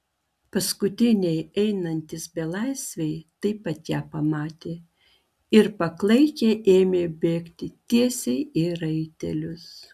paskutiniai einantys belaisviai taip pat ją pamatė ir paklaikę ėmė bėgti tiesiai į raitelius